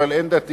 אבל אין דתיים.